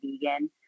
vegan